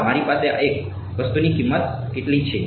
હા મારી પાસે આ વસ્તુની કેટલીક કિંમત છે